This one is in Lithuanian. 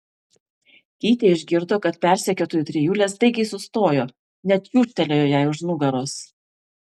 keitė išgirdo kad persekiotojų trijulė staigiai sustojo net čiūžtelėjo jai už nugaros